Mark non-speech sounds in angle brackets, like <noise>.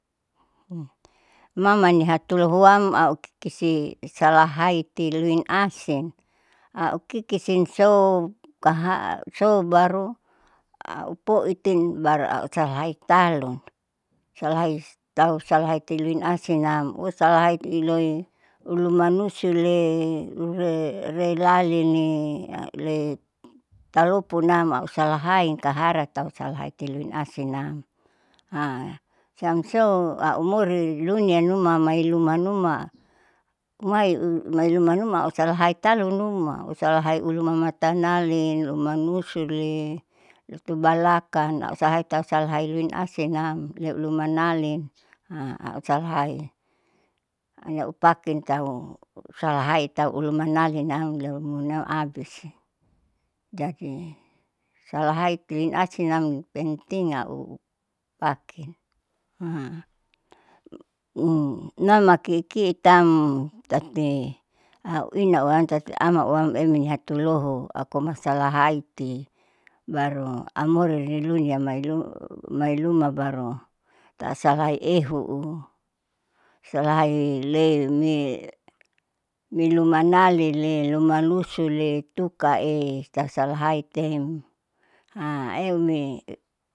<hesitation> mamani hatoluam au kesi salahaite luin asin au kikisin sou kaha sou baru au poitin au au sahai talun, salahai tau salahaitin luin asinam usalahaiti iloi ulumanusule ule relaline le taloponam au salahain kahara tau salahaiti luin asinam <hesitation> siam sou au mori lunia numa mailuma numa mai lumanuma ausalahai talu numa salahai ulumata matanali, lumanusu li lutu balakang au salahai tau salahai luin asinam ialumanalin <hesitation> ausalahai ilau pakin tau usalahai tau ulu manalinam leomunau abis. Jadi salahi tilin asinam penting au pakin <hesitation> <noise> nama kikitam tati auinawam tati amauwam emini hatuloho akoma salahaiti baru au mori nilunia mailuma mailuma baru tasalahai ehu'u salahai le mi <noise> milumanalile lumalusule tukae sasalahai tem <hesitation> eumi.